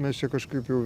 mes čia kažkaip jau